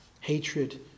hatred